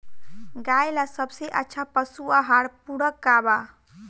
गाय ला सबसे अच्छा पशु आहार पूरक का बा?